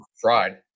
fried